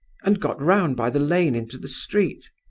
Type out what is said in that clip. and got round by the lane into the street.